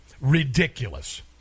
ridiculous